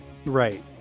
Right